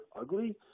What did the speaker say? ugly